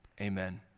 amen